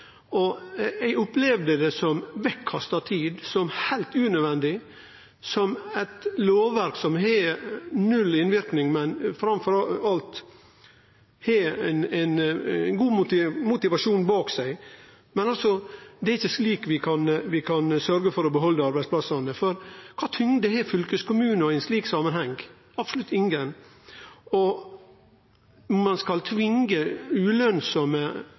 Eg opplevde det som bortkasta tid, som heilt unødvendig, som eit lovverk som har null innverknad, men framfor alt har god motivasjon bak seg – men det er ikkje slik vi kan halde på arbeidsplassane. For kva tyngd har fylkeskommunane i ein slik samanheng? Absolutt inga tyngd. Om ein skal tvinge